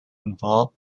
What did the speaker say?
involved